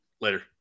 Later